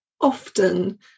often